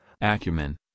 acumen